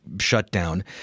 shutdown